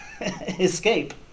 Escape